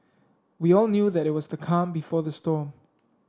we all knew that it was the calm before the storm